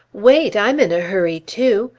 wait! i'm in a hurry, too!